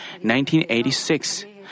1986